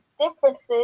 differences